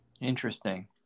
Interesting